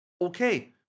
Okay